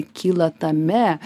kyla tame